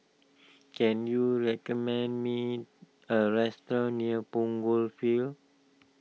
can you recommend me a restaurant near Punggol Field